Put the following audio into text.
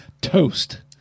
Toast